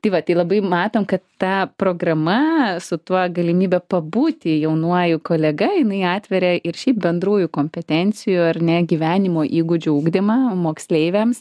tai va tai labai matom kad ta programa su tuo galimybe pabūti jaunuoju kolega jinai atveria ir šiaip bendrųjų kompetencijų ar ne gyvenimo įgūdžių ugdymą moksleiviams